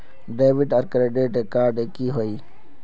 Debit आर credit card की होय?